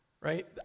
Right